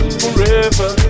forever